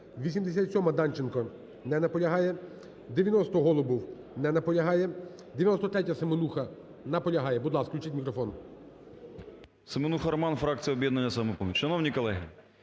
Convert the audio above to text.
87-а, Данченко. Не наполягає. 90-а, Голубов. Не наполягає. 93-я, Семенуха. Наполягає.